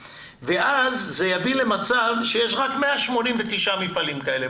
ואז זה יביא למצב שיש בארץ רק 189 מפעלים כאלה.